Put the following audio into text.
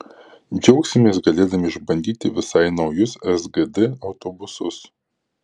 džiaugsimės galėdami išbandyti visai naujus sgd autobusus